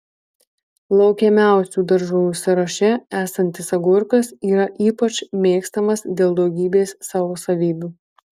laukiamiausių daržovių sąraše esantis agurkas yra ypač mėgstamas dėl daugybės savo savybių